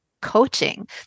coaching